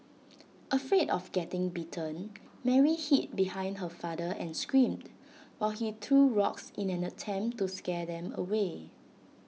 afraid of getting bitten Mary hid behind her father and screamed while he threw rocks in an attempt to scare them away